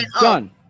Done